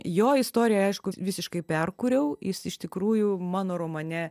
jo istoriją aišku visiškai perkūriau jis iš tikrųjų mano romane